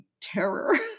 terror